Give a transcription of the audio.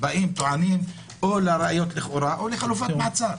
באים, טוענים או לראיות לכאורה או לחלופת עצר.